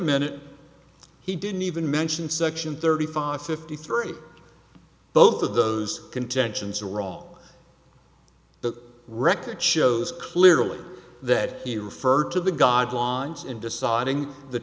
minute he didn't even mention section thirty five fifty three both of those contentions are wrong the record shows clearly that he referred to the god lines in deciding the